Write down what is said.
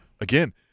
again